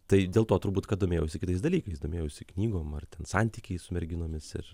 tai dėl to turbūt kad domėjausi kitais dalykais domėjausi knygom ar ten santykiais su merginomis ir